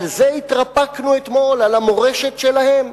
על זה התרפקנו אתמול, על המורשת שלהם.